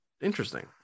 interesting